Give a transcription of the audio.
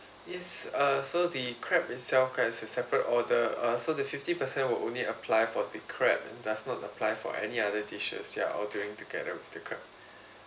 yes uh so the crab itself requires a separate order uh so the fifty percent will only apply for the crab and does not apply for any other dishes you are ordering together with the crab